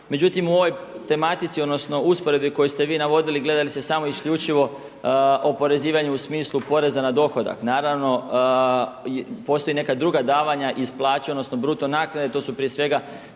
Međutim u ovoj tematici, odnosno usporedbi koju ste vi navodili gleda li se samo isključivo oporezivanje u smislu poreza na dohodak. Naravno postoje i neka druga davanja iz plaće odnosno bruto naknade, to su prije svega